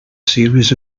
series